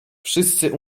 wszyscy